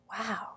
wow